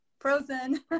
frozen